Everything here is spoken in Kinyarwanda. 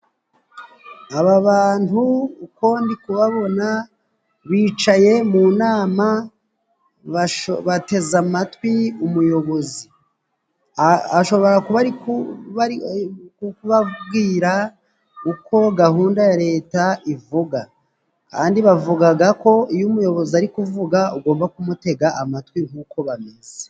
Aba bantu uko ndi kubabona bicaye mu nama bateze amatwi umuyobozi ,ashobora kuba arikubabwira uko gahunda ya leta ivuga kandi bavugaga ko iyo umuyobozi ari kuvuga ugomba kumutega amatwi nkuko bameze.